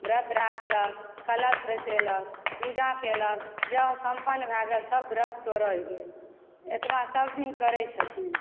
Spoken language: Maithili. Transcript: व्रत राखलक कलश बसिलक पूजा केलक जँ सम्पन्न भए गेल तऽ व्रत तोड़ल गेल एतबासभ दिन करय छथिन